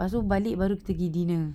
lepas tu balik baru kita pergi dinner